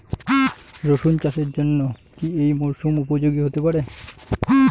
রসুন চাষের জন্য এই মরসুম কি উপযোগী হতে পারে?